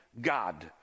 god